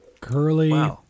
curly